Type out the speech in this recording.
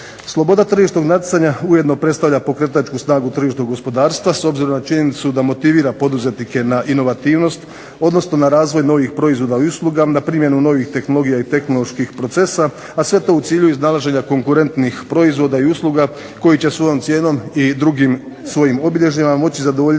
Sloboda tržišnog natjecanja ujedno predstavlja pokretačku snagu tržišnog gospodarstva s obzirom na činjenicu da motivira poduzetnike na inovativnost, odnosno na razvoj novih proizvoda i usluga, na primjenu novih tehnologija i tehnoloških procesa,a sve to u cilju iznalaženja konkurentnih proizvoda i usluga koji će svojom cijenom i drugim svojim obilježjima moći zadovoljiti